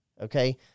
okay